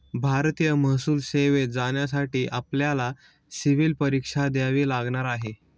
भारतीय महसूल सेवेत जाण्यासाठी आपल्याला सिव्हील परीक्षा द्यावी लागणार आहे